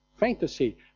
fantasy